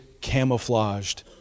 camouflaged